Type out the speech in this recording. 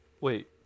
Wait